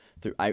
throughout